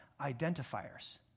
identifiers